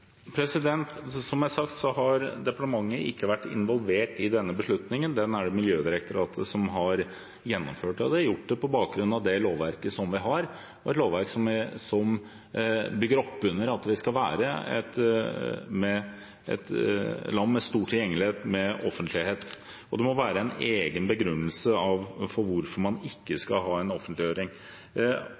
Som jeg har sagt, har departementet ikke vært involvert i denne beslutningen. Den er det Miljødirektoratet som har tatt, og de har gjort det på bakgrunn av det lovverket som vi har, et lovverk som bygger opp under at vi skal være et land med stor tilgjengelighet, med offentlighet. Det må være en egen begrunnelse for hvorfor man ikke skal ha en offentliggjøring.